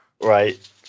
Right